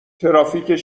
ترافیک